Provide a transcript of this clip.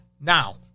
Now